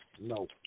no